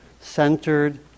centered